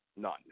none